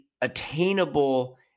attainable